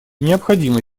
необходимо